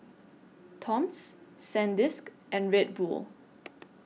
Toms Sandisk and Red Bull